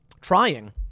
Trying